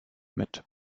mit